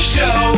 Show